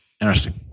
Interesting